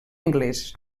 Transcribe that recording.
anglès